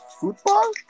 football